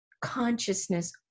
consciousness